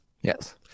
Yes